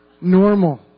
Normal